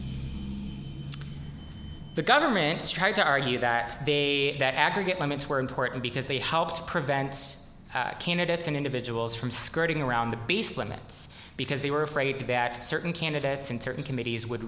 period the government is trying to argue that they that aggregate limits were important because they helped prevents candidates and individuals from skirting around the base limits because they were afraid to back certain candidates and certain committees would